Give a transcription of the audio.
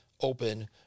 open